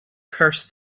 curse